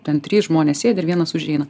ten trys žmonės sėdi ir vienas užeina